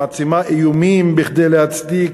מעצימה איומים כדי להצדיק